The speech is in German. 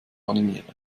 animieren